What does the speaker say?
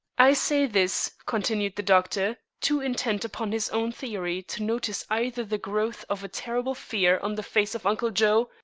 i say this, continued the doctor, too intent upon his own theory to notice either the growth of a terrible fear on the face of uncle joe,